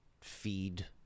feed